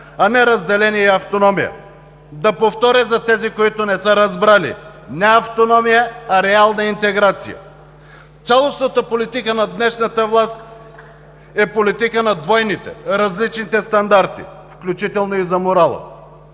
а не разделение и автономия? Да повторя за тези, които не са разбрали: не автономия, а реална интеграция. Цялостната политика на днешната власт е политика на двойните, различните стандарти, включително и за морала